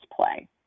play